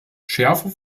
schärfer